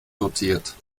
dotiert